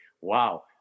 wow